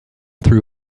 threw